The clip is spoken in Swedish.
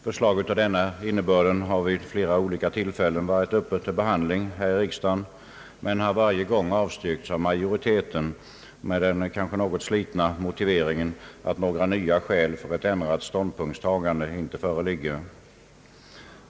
Förslag med samma innebörd har vid flera olika tillfällen varit uppe till behandling i riksdagen men varje gång avstyrkts av majoriteten med den kanske något slitna motiveringen, att några nya skäl för ett ändrat ståndpunktstagande inte föreligger.